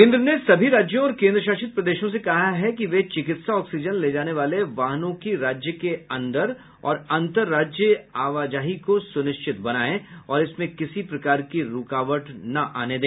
केन्द्र ने सभी राज्यों और केन्द्रशासित प्रदेशों से कहा है कि वे चिकित्सा ऑक्सीजन ले जाने वाले वाहनों की राज्य के अंदर और अंतर राज्य आवाजाही को सुनिश्चित बनाए और इसमें किसी प्रकारकी रूकावट न आने दे